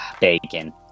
Bacon